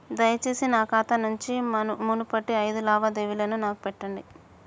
దయచేసి నా ఖాతా నుంచి మునుపటి ఐదు లావాదేవీలను నాకు చూపెట్టండి